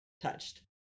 touched